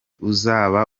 uzaba